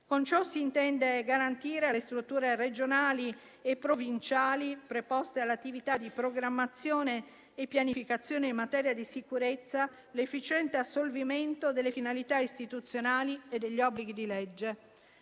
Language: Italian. Con ciò si intende garantire, alle strutture regionali e provinciali preposte all'attività di programmazione e pianificazione in materia di sicurezza, l'efficiente assolvimento delle finalità istituzionali e degli obblighi di legge.